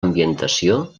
ambientació